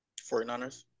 49ers